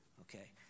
Okay